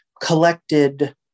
collected